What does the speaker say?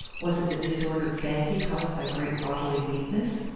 was it the disordered fancy caused by great bodily weakness?